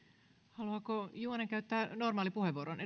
haluaako juvonen käyttää normaalipuheenvuoron